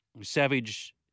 Savage